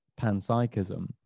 panpsychism